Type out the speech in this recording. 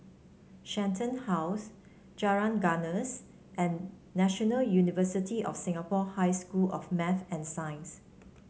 Shenton House Jalan Gajus and National University of Singapore High School of Math and Science